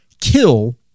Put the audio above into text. kill